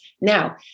Now